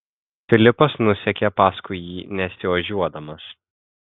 filipas nusekė paskui jį nesiožiuodamas